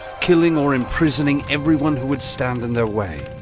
killing or imprisoning everyone who would stand in their way.